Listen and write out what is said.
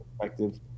perspective